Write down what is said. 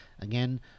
Again